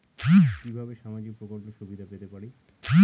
কিভাবে সামাজিক প্রকল্পের সুবিধা পেতে পারি?